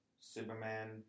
Superman